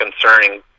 concerning